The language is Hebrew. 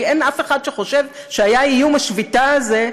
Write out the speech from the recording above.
הרי אין אף אחד שחושב שאיום השביתה הזה,